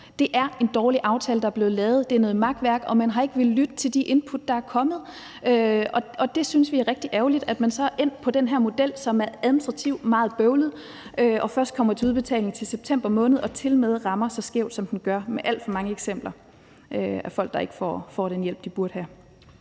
Det er en dårlig aftale, der er blevet lavet. Det er noget makværk, og man har ikke villet lytte til de input, der er kommet. Vi synes, det er rigtig ærgerligt, at man så er endt med den her model, som er administrativt meget bøvlet, og at hjælpen først kommer til udbetaling til september måned og tilmed rammer så skævt, som den gør, med alt for mange eksempler på folk, der ikke får den hjælp, de burde have.